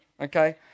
Okay